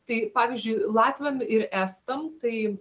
tai pavyzdžiui latviam ir estam tai